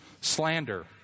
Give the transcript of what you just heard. Slander